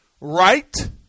right